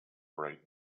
bright